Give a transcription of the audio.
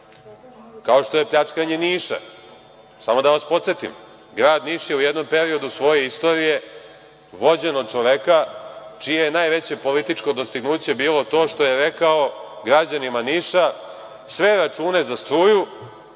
kao što je pljačkanje Niša. Samo da vas podsetim, grad Niš je u jednom periodu svoje istorije vođen od čoveka čije je najveće političko dostignuće bilo to što je rekao građanima Niša – sve račune za struju